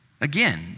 Again